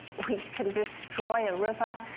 we can destroy a river,